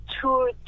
two